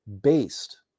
Based